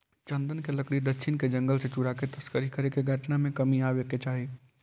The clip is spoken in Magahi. चन्दन के लकड़ी दक्षिण के जंगल से चुराके तस्करी करे के घटना में कमी आवे के चाहि